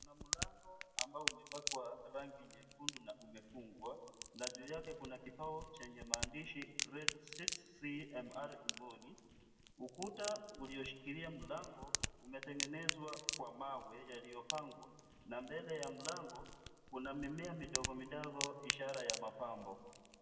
Kuna mlango ambao umepakwa rangi nyekundu na umefungwa na juu yake kuna kibao chenye maandishi " Grade 6, Cmr Emoli ". Ukuta ulioshikilia mlango umetengenezwa kwa mawe yaliyopangwa na mbele ya mlango kuna mimea midogo midogo ishara ya mapambo.